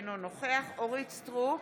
אינו נוכח אורית מלכה סטרוק,